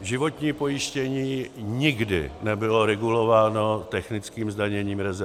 Životní pojištění nikdy nebylo regulováno technickým zdaněním rezerv.